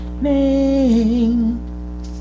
name